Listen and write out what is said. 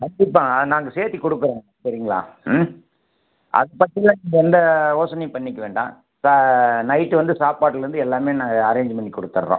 கண்டிப்பாக நாங்கள் சேத்து கொடுப்போம் சரிங்களா ம் அது பாட்டுக்கு எந்த யோசனையும் பண்ணிக்க வேண்டாம் நைட்டு வந்து சாப்பாட்டுலேருந்து எல்லாம் நாங்கள் அரேஞ்சு பண்ணி கொடுத்தட்றோம்